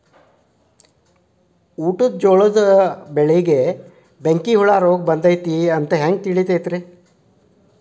ಊಟದ ಜೋಳದ ಬೆಳೆಗೆ ಬೆಂಕಿ ಹುಳ ರೋಗ ಬಂದೈತಿ ಎಂದು ಹ್ಯಾಂಗ ತಿಳಿತೈತರೇ?